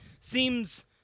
seems